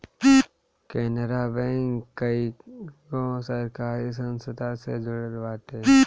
Canara bank कईगो सरकारी संस्था से जुड़ल बाटे